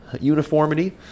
uniformity